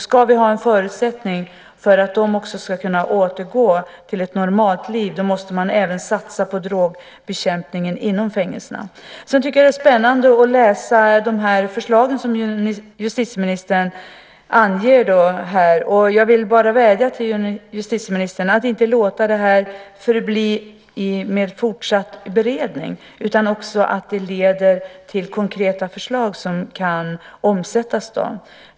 Ska det finnas förutsättningar att de också ska kunna återgå till ett normalt liv måste man satsa på drogbekämpningen inom fängelserna. Jag tycker att det är spännande att läsa de förslag som justitieministern anger. Jag vill bara vädja till justitieministern att inte bara låta det här förbli under fortsatt beredning utan också se till att det leder till konkreta förslag som kan omsättas.